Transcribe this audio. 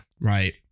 right